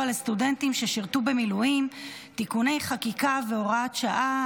לסטודנטים ששירתו במילואים (תיקוני חקיקה והוראת שעה),